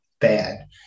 bad